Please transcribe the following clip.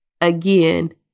Again